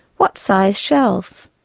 what size shells?